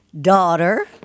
Daughter